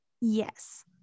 Yes